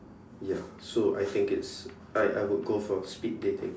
ya so I think it's I I would go for speed dating